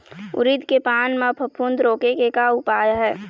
उरीद के पान म फफूंद रोके के का उपाय आहे?